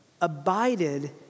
abided